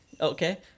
Okay